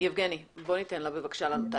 יבגני, בוא ניתן לה, בבקשה, לענות.